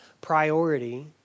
priority